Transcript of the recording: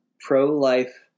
pro-life